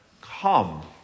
Come